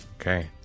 okay